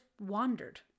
wandered